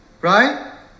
right